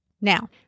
Now